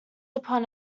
upon